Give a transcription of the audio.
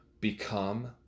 become